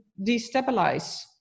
destabilize